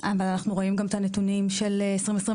אבל אנחנו רואים גם את הנתונים של 2022,